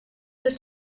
per